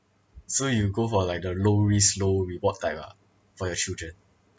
so you go for like the low risk low reward type lah for your children ah